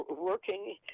working